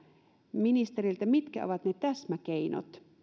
ministeriltä mitkä ovat ne täsmäkeinot